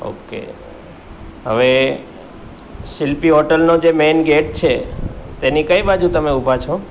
okay હવે શિલ્પી હોટલનો જે મેઇન ગેટ છે તેની કઈ બાજુ તમે ઊભા છો